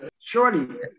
surely